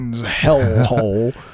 hellhole